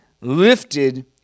lifted